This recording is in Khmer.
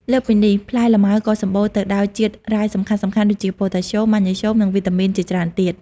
លើសពីនេះ ផ្លែលម៉ើក៏សម្បូរទៅដោយជាតិរ៉ែសំខាន់ៗដូចជា ប៉ូតាស្យូម ម៉ាញ៉េស្យូម និងវីតាមីនជាច្រើនទៀត។